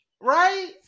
Right